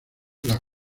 las